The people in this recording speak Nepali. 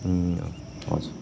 हजुर